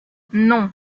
non